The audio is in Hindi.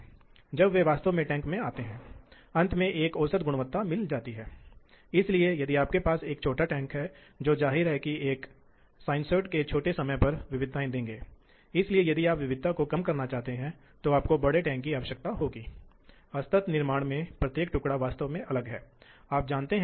फिर कुछ कार्य हैं जिन्हें प्रारंभिक कार्य कहा जाता है उदाहरण के लिए आप यह तय करना जानते हैं कि क्या पोजिशनिंग सिस्टम निरपेक्ष या वृद्धिशील होने जा रहा है जो मान दिए गए हैं वे मीट्रिक या इंच में हैं समन्वय प्रणाली की उत्पत्ति क्यों है आदि आदि इसलिए कुछ तैयारी कार्य हैं जिन्हें ब्लॉक निष्पादित करने से पहले निष्पादित किया जाना है